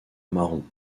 marron